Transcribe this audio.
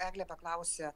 eglė paklausė